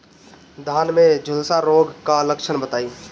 धान में झुलसा रोग क लक्षण बताई?